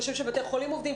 כשם שבתי חולים עובדים,